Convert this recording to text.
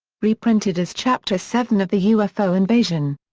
reprinted as chapter seven of the ufo invasion.